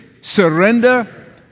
surrender